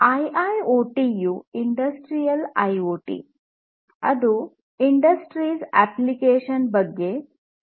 IIoT ಯು industrial IoT ಅದು industries application ಬಗ್ಗೆ ತಿಳಿಸುತ್ತದೆ